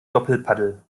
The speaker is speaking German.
doppelpaddel